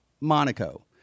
Monaco